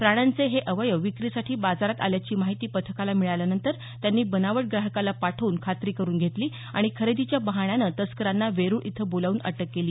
प्राण्यांचे हे अवयव विक्रीसाठी बाजारात आल्याची माहिती पथकाला मिळाल्यानंतर त्यांनी बनावट ग्राहकाला पाठवून खात्री करून घेतली आणि खरेदीच्या बहाण्यानं तस्करांना वेरूळ इथं बोलावून अटक केली